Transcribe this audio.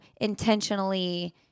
intentionally